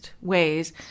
ways